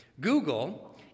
Google